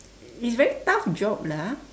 is very tough job lah